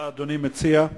מה אדוני מציע?